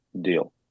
Deal